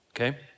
okay